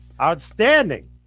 Outstanding